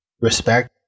respect